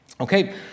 Okay